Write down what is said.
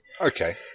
Okay